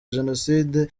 jenoside